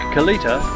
Kalita